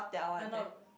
I know